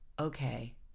Okay